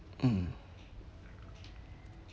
mm